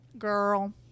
girl